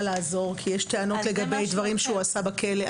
לעזור כי יש טענות לגבי דברים שהוא עשה בכלא?